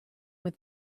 with